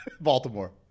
Baltimore